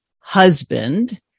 husband